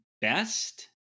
Best